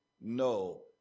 No